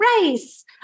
race